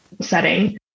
setting